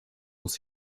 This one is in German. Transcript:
muss